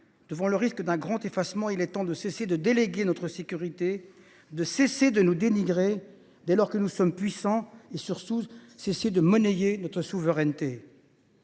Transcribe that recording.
Devant le risque d’un grand effacement, il est temps de cesser de déléguer notre sécurité, de cesser de nous dénigrer alors que nous sommes puissants, et, surtout, de cesser de monnayer notre souveraineté.